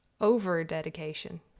over-dedication